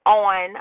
on